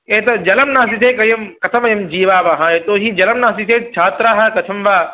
एतत् जलं नास्ति चेत् कथं कथं वयं जीवावः यतोहि जलं नास्ति चेत् छात्राः कथं वा